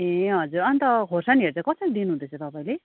ए हजुर अन्त खोर्सानीहरू चाहिँ कसरी दिनुहुँदैछ तपाईँले